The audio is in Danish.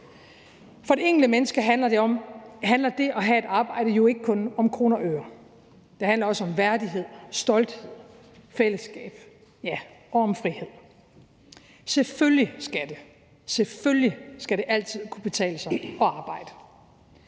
For det enkelte menneske handler det at have et arbejde jo ikke kun om kroner og øre. Det handler også om værdighed, stolthed, fællesskab, ja, og om frihed. Selvfølgelig – selvfølgelig – skal det altid kunne betale sig at arbejde.